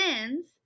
sins